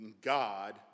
God